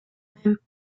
and